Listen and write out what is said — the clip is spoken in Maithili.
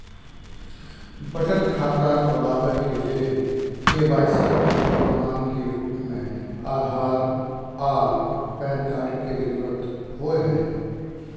बचत खाता खोलाबय के लेल के.वाइ.सी के प्रमाण के रूप में आधार आर पैन कार्ड के जरुरत होय हय